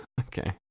Okay